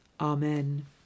Amen